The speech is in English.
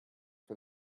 for